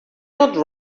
not